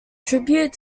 tribute